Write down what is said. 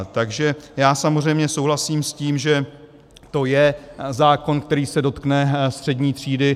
Takže já samozřejmě souhlasím s tím, že to je zákon, který se dotkne střední třídy.